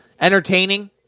entertaining